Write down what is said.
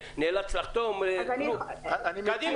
אגב,